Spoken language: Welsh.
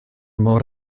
môr